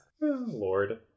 Lord